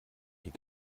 hier